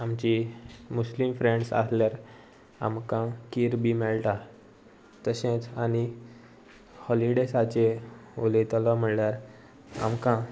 आमची मुस्लीम फ्रेंड्स आसल्यार आमकां खीर बी मेळटा तशेंच आनी हॉलिडेसाचेर उलयतलो म्हणल्यार आमकां